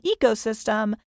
ecosystem